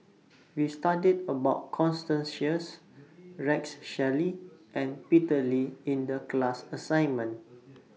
We studied about Constance Sheares Rex Shelley and Peter Lee in The class assignment